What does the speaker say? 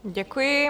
Děkuji.